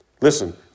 Listen